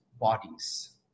bodies